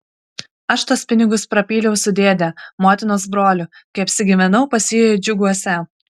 aš tuos pinigus prapyliau su dėde motinos broliu kai apsigyvenau pas jį džiuguose